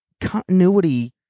Continuity